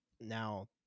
now